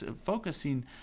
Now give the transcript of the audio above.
focusing